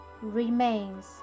remains